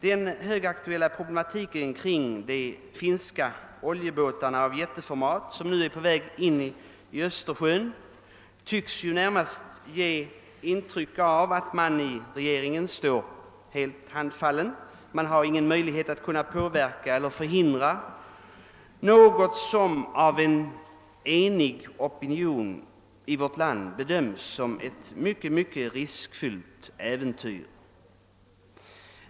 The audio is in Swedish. Den högaktuella problematiken kring de finska oljebåtar av jätteformat som nu är på väg in i Östersjön tycks närmast ge intryck av att man i regeringen står helt handfallen och utan möjlighet att kunna påverka eller förhindra något som av en enig opinion i vårt land bedöms som ett mycket riskfyllt äventyr.